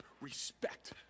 respect